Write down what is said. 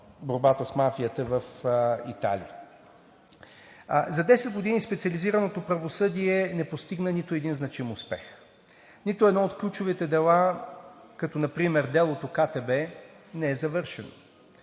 към борбата с мафията в Италия. За 10 години специализираното правосъдие не постигна нито един значим успех. Нито едно от ключовите дела – като например делото „КТБ“, не е завършило,